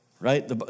right